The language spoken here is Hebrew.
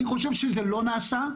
אני חושב שזה לא נעשה,